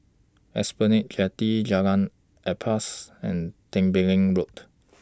Esplanade Jetty Jalan Ampas and Tembeling Road